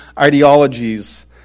ideologies